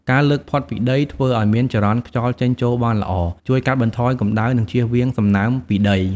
ការលើកផុតពីដី ធ្វើឲ្យមានចរន្តខ្យល់ចេញចូលបានល្អ ជួយកាត់បន្ថយកម្ដៅ និងជៀសវាងសំណើមពីដី ។